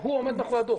הוא עומד מאחורי הדוח.